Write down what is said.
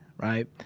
right.